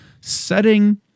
setting